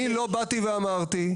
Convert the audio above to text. אני לא באתי ואמרתי,